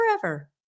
forever